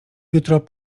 jutro